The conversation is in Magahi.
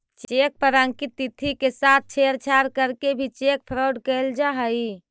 चेक पर अंकित तिथि के साथ छेड़छाड़ करके भी चेक फ्रॉड कैल जा हइ